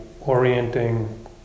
orienting